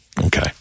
Okay